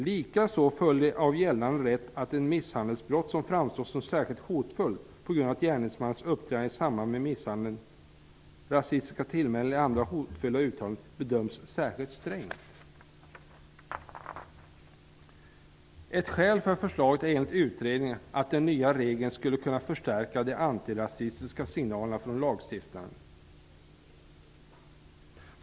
Likaså följer av gällande rätt att ett misshandelsbrott som framstår som särskilt hotfullt på grund av gärningsmannens uppträdande i samband med misshandeln -- rasistiska tillmälen eller andra hotfulla uttalanden -- bedöms särskilt strängt. Ett skäl för förslaget är enligt utredningen att den nya regeln skulle kunna förstärka de antirasistiska signalerna från lagstiftaren.